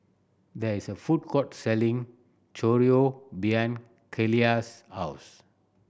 there is a food court selling Chorizo behind Keila's house